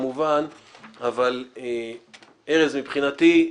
ארז, מבחינתי,